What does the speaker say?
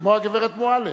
כמו הגברת מועלם.